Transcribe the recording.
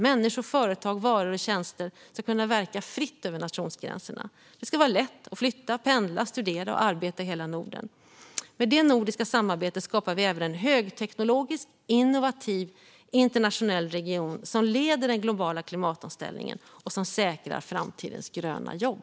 Människor, företag, varor och tjänster ska kunna verka fritt över nationsgränserna. Det ska vara lätt att flytta, pendla, studera och arbeta i hela Norden. Med det nordiska samarbetet skapar vi även en högteknologisk, innovativ, internationell region som leder den globala klimatomställningen och som säkrar framtidens gröna jobb.